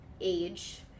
age